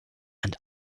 and